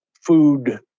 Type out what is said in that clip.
food